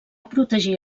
protegir